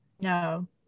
No